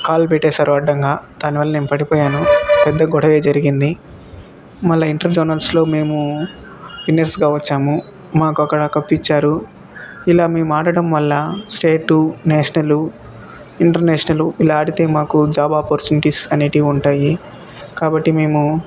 కాలు పెట్టేసారు అడ్డంగా దానివల్ల నేను పడిపోయాను పెద్ద గొడవ జరిగింది మరల ఇంటర్జోనల్స్లో మేము విన్నర్స్గా వచ్చాము మాకు ఒక కప్ ఇచ్చారు ఇలా మేము ఆడడం వల్ల స్టేటు నేషనలు ఇంటర్నేషనల్ ఇలా ఆడితే మాకు జాబ్ ఆపర్చునిటీస్ అనేవి ఉంటాయి కాబట్టి మేము